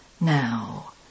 Now